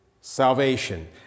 Salvation